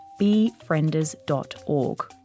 befrienders.org